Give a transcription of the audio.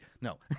no